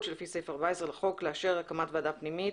שלפי סעיף 14 לחוק לאשר הקמת ועדה פנימית